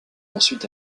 ensuite